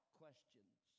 questions